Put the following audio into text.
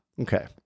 okay